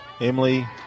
Emily